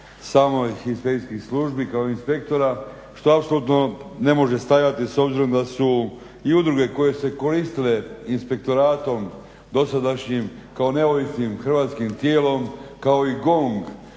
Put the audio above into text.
samih inspekcijskih službi kao inspektora što apsolutno ne može stajati s obzirom da su i udruge koje su se koristile inspektoratom dosadašnjim kao neovisnim hrvatskim tijelom kao i GONG